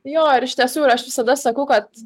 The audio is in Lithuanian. jo ir iš tiesų ir aš visada sakau kad